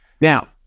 Now